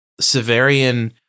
Severian